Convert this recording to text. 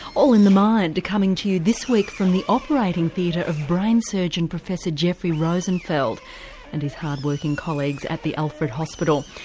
all in the mind coming to you this week from the operating theatre of brain surgeon professor jeffrey rosenfeld and his hard working colleagues at the alfred hospital.